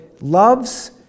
loves